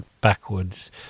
backwards